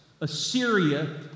Assyria